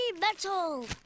metal